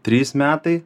trys metai